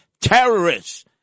Terrorists